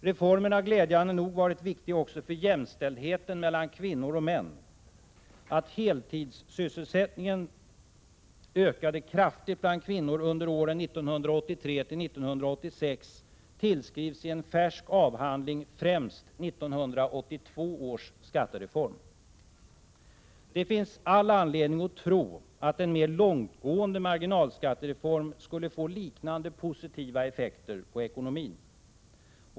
Reformen har glädjande nog varit viktig också för jämställdheten mellan kvinnor och män. Att heltidssysselsättningen ökade kraftigt bland kvinnor under åren 1983—1986 tillskrivs i en färsk avhandling främst 1982 års skattereform. Det finns all anledning att tro att en mer långtgående marginalskattereform skulle få liknande positiva effekter på ekonomin.